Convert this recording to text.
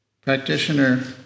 practitioner